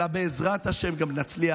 אלא בעזרת השם גם נצליח.